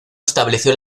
estableció